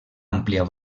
àmplia